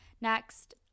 next